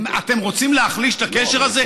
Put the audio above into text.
אתם רוצים להחליש את הקשר הזה?